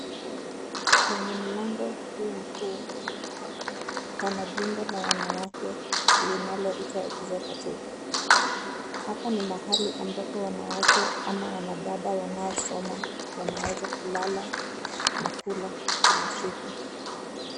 Kwenye mlango huu mkuu kuna jumba la wanawake linaloitwa executive .Hapa ni mahali ambapo wanawake ama wanadada wanaisoma wanaweza kulala na kula kila siku.